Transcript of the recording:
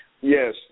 Yes